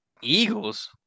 Eagles